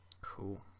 cool